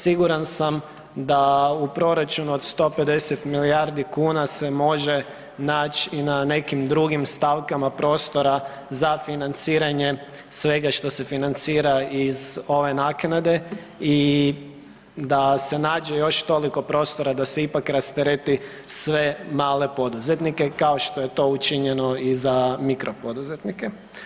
Siguran sam da u proračunu od 150 milijardi kuna se može naći i na nekim drugim stavkama prostora za financiranje svega što se financira iz ove naknade i da se nađe još toliko prostora da se ipak rastereti sve male poduzetnike kao što je to učinjeno i za mikro poduzetnike.